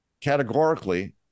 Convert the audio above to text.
categorically